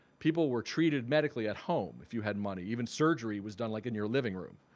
people were treated medically at home if you had money, even surgery was done like in your living room.